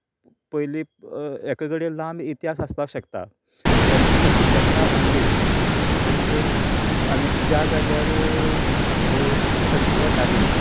पयली हेका घडये लांब इतिहास आसपाक शकता जेन्ना सती प्रथा आसली तेन्ना एक आनीक ज्या जाग्यार ती सती वताली